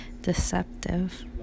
deceptive